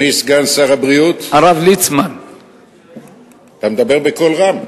אתה מדבר בקול רם.